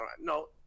No